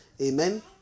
Amen